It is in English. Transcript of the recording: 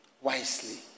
wisely